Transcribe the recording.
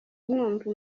mwumva